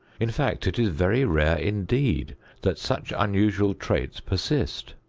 in fact, it is very rare indeed that such unusual traits persist.